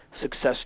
success